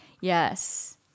Yes